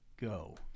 go